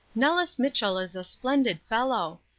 nellis mitchell is a splendid fellow.